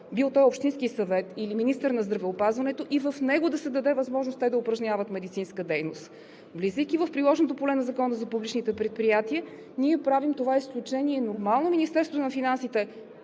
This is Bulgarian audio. бил той общински съвет или министър на здравеопазването, и в него да се даде възможност те да упражняват медицинска дейност. Влизайки в приложното поле на Закона за публичните предприятия, ние правим това изключение. Нормално е Министерството на финансите